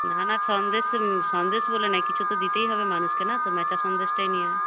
না না সন্দেশ সন্দেশ বলে নয় কিছু তো দিতেই হবে মানুষকে না তো মেচা সন্দেশটাই নিয়ে আয়